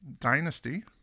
Dynasty